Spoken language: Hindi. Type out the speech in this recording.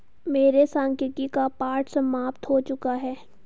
मेरे सांख्यिकी का पाठ समाप्त हो चुका है